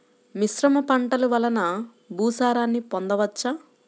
మిశ్రమ పంటలు వలన భూసారాన్ని పొందవచ్చా?